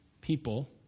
people